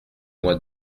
moi